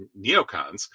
neocons